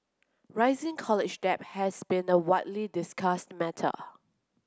rising college debt has been a widely discussed matter